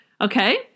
Okay